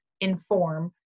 inform